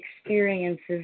experiences